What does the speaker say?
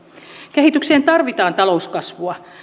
kehitykseen tarvitaan talouskasvua